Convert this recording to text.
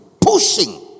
pushing